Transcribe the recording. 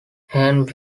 herne